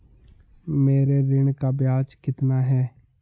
मेरे ऋण का ब्याज कितना है?